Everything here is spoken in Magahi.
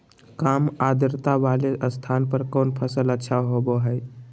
काम आद्रता वाले स्थान पर कौन फसल अच्छा होबो हाई?